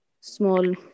small